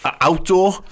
Outdoor